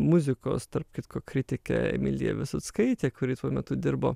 muzikos tarp kitko kritike emilija visockaite kuri tuo metu dirbo